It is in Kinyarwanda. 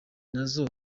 nazo